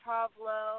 Pablo